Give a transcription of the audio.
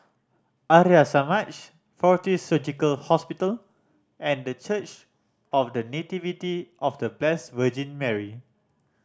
Arya Samaj Fortis Surgical Hospital and The Church of The Nativity of The Blessed Virgin Mary